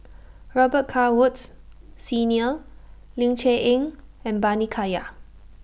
Robet Carr Woods Senior Ling Cher Eng and Bani Haykal